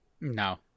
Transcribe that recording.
No